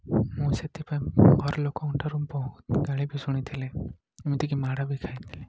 ମୁଁ ସେଥିପାଇଁ ଘରଲୋକଙ୍କଠାରୁ ବହୁତ ଗାଳିବି ଶୁଣିଥିଲି ଏମିତିକି ମାଡ଼ବି ଖାଇଥିଲି